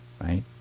right